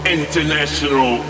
international